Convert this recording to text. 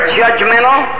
judgmental